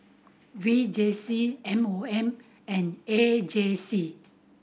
V J C M O M and A J C